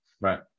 Right